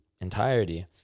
entirety